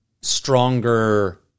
stronger